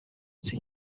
team